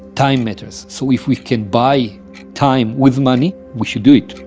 time matters. so if we can buy time with money, we should do it.